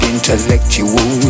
Intellectual